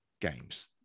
games